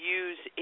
use